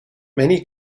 many